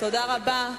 תודה רבה.